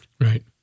Right